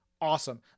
awesome